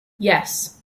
yes